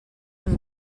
amb